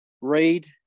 read